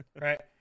right